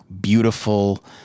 beautiful